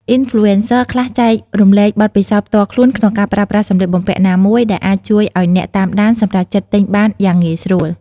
អុីនផ្លូអេនសឹ ខ្លះចែករំលែកបទពិសោធន៍ផ្ទាល់ខ្លួនក្នុងការប្រើប្រាស់សម្លៀកបំពាក់ណាមួយ ដែលអាចជួយឲ្យអ្នកតាមដានសម្រេចចិត្តទិញបានយ៉ាងងាយស្រួល។